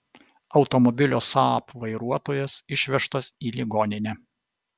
automobilio saab vairuotojas išvežtas į ligoninę